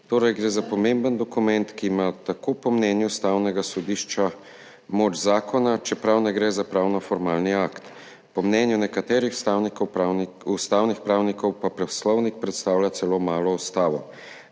torej gre za pomemben dokument, ki ima tako po mnenju Ustavnega sodišča moč zakona, čeprav ne gre za pravno-formalni akt, po mnenju nekaterih ustavnih pravnikov pa Poslovnik predstavlja celo malo ustavo.